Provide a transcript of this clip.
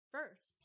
First